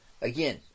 again